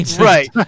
Right